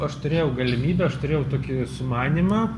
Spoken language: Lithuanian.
aš turėjau galimybę aš turėjau tokį sumanymą